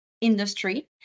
industry